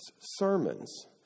sermons